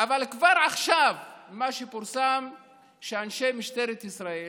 אבל כבר עכשיו מה שפורסם הוא שאנשי משטרת ישראל,